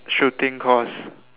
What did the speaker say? shooting course